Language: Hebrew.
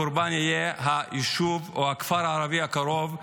הקורבן יהיה היישוב או הכפר הערבי הקרוב.